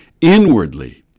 inwardly